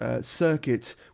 circuit